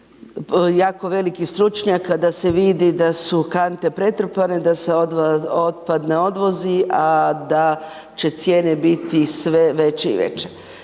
jako veliki stručnjak a da se vidi da su kante pretrpane a da se otpad ne odvozi a da će cijene biti sve veće i veće.